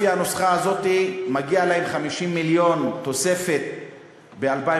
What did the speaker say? לפי הנוסחה הזאת מגיעים להם 50 מיליון תוספת ב-2015,